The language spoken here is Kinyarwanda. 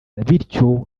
bityo